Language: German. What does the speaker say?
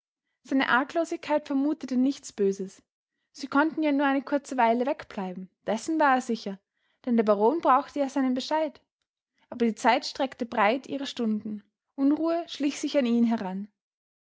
seine arglosigkeit vermutete nichts böses sie konnten ja nur eine kurze weile wegbleiben dessen war er sicher denn der baron brauchte ja seinen bescheid aber die zeit streckte breit ihre stunden unruhe schlich sich an ihn heran